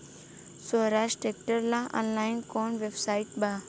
सोहराज tractor ला online कोउन website बा?